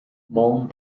mount